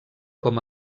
com